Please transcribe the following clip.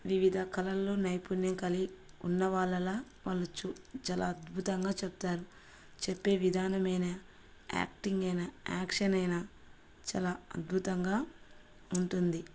వివిధ కళల్లో నైపుణ్యం కలిగి ఉన్నవాళ్ళలా వాళ్ళ చు చాలా అద్భుతంగా చెప్తారు చెప్పే విధానమైన యాక్టింగ్ అయినా యాక్షన్ అయినా చాలా అద్భుతంగా ఉంటుంది